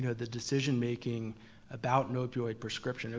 the decision making about an opioid prescription,